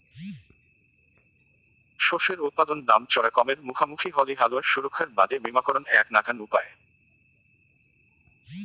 শস্যের উৎপাদন দাম চরা কমের মুখামুখি হলি হালুয়ার সুরক্ষার বাদে বীমাকরণ এ্যাক নাকান উপায়